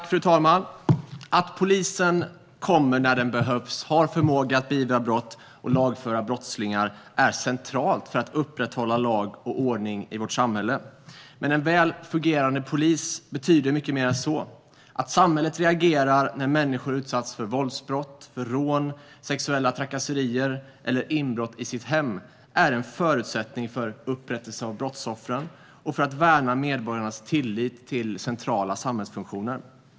Fru talman! Att polisen kommer när den behövs och har förmåga att beivra brott och lagföra brottslingar är centralt för att upprätthålla lag och ordning i vårt samhälle. Men en väl fungerande polis betyder mycket mer än så. Att samhället reagerar när människor utsatts för våldsbrott, rån, sexuella trakasserier eller inbrott i sitt hem är en förutsättning för upprättelse för brottsoffren och för att värna medborgarnas tillit till centrala samhällsfunktioner.